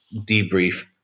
debrief